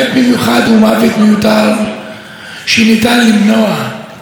כואב במיוחד מוות, כאשר הכותרת הייתה על הקיר.